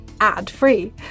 ad-free